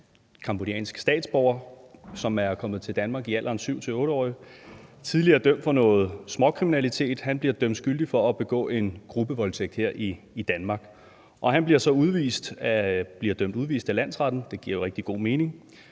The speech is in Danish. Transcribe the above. cambodiansk statsborger, som er kommet til Danmark som 7-8-årig, og som tidligere er dømt for noget småkriminalitet, bliver dømt skyldig for at begå en gruppevoldtægt her i Danmark. Han bliver så dømt til udvisning af landsretten, og det giver jo rigtig god mening.